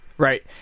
Right